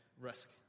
Risk